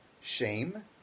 shame